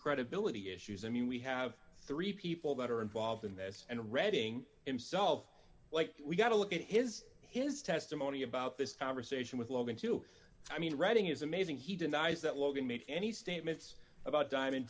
credibility issues i mean we have three people that are involved in this and reading him so what we've got to look at is his testimony about this conversation with logan too i mean reading is amazing he denies that logan made any statements about diamond